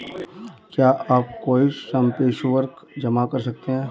क्या आप कोई संपार्श्विक जमा कर सकते हैं?